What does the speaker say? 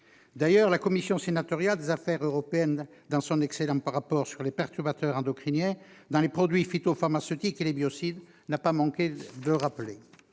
intervenir. La commission sénatoriale des affaires européennes, dans son excellent rapport sur les perturbateurs endocriniens dans les produits phytopharmaceutiques et les biocides, n'a d'ailleurs pas manqué de le rappeler.